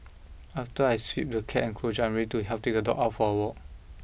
after I sweep the cat enclosure I am ready to help take the dog out for a walk